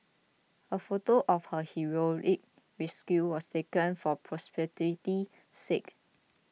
a photo of her heroic rescue was taken for posterity's sake